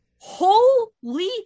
holy